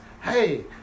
hey